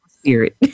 Spirit